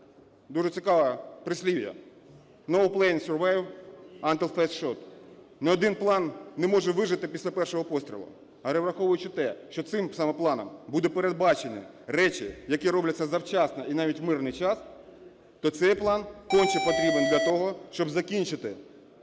дуже цікаве прислів'я "No plan survive after first shot" – "Ні один план не може вижити після першого пострілу". А, враховуючи те, що цим саме планом буде передбачено речі, які робляться завчасно і навіть в мирний час, то цей план конче потрібен для того, щоб закінчити